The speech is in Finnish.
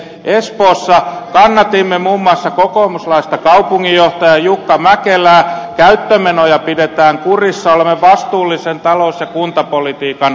espoossa kannatimme muun muassa kokoomuslaista kaupunginjohtaja jukka mäkelää käyttömenoja pidetään kurissa olemme vastuullisen talous ja kuntapolitiikan kannattajia